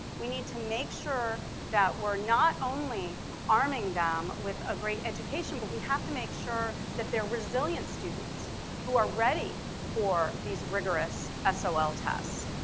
we need to make sure that we're not only arming them with a great education but we have to make sure that they're resilient students who are ready for these rigorous ah so sol tests.